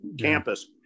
campus